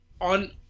on